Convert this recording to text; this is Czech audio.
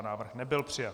Návrh nebyl přijat.